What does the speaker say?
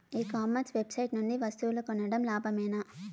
ఈ commerce website నుండి వస్తువులు కొనడం లాభమేనా?